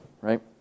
right